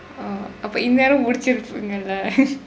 oh இப்போ இந்நேரம் முடிச்சிருப்பிங்கள:ippo inerathukku mudichirupingala